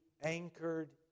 anchored